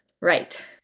Right